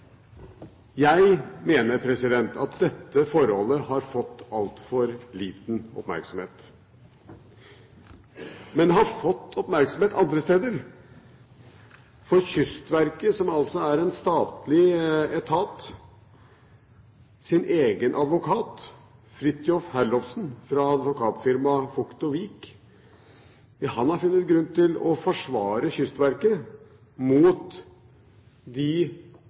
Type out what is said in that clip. Jeg mener at dette forholdet har fått altfor liten oppmerksomhet, men det har fått oppmerksomhet andre steder. Kystverket, som altså er en statlig etat, og deres advokat Frithtjof Herlofsen fra advokatfirmaet Vogt & Viig har funnet grunn til å forsvare Kystverket – i et 12 sider langt brev – mot de